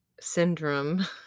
syndrome